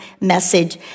message